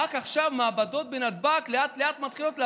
רק עכשיו מעבדות בנתב"ג לאט-לאט מתחילות לעבוד,